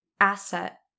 asset